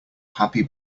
happy